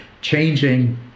changing